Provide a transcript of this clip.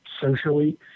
socially